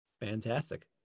Fantastic